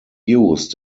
used